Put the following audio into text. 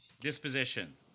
Disposition